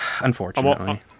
Unfortunately